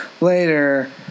later